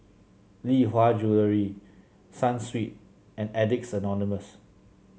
Lee Hwa Jewellery Sunsweet and Addicts Anonymous